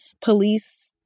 Police